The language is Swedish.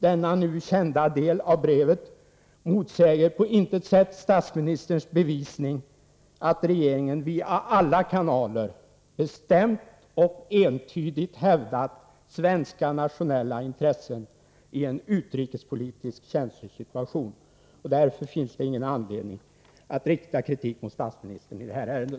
Denna nu kända del av brevet motsäger på intet sätt statsministerns bevisning att regeringen via alla kanaler bestämt och entydigt hävdat svenska nationella intressen i en utrikespolitiskt känslig situation. Därför finns det ingen anledning att rikta kritik mot statsministern i detta ärende.